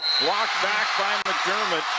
blocked back by mcdermott.